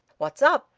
what's up?